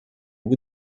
vous